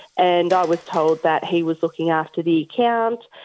and i was told that he was looking after the account,